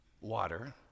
water